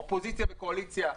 אופוזיציה וקואליציה,